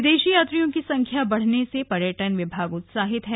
विदेशी यात्रियों की संख्या बढ़ने से पर्यटन विभाग उत्साहित है